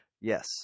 Yes